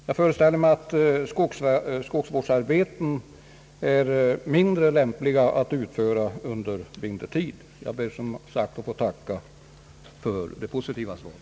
Jag föreställer mig att skogsvårdsarbeten är mindre lämpliga att utföra vintertid. Jag ber som sagt att få tacka för det positiva svaret.